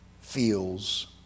feels